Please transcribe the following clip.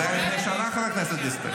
זה היה לפני שנה, חברת הכנסת דיסטל.